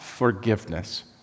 forgiveness